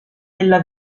della